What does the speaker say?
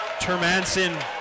Termanson